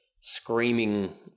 screaming